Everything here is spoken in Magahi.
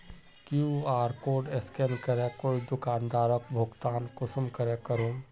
कियु.आर कोड स्कैन करे कोई दुकानदारोक भुगतान कुंसम करे करूम?